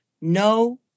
No